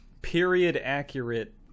Period-accurate